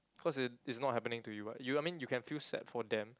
cause it it's not happening to you [what] you I mean you can feel sad for them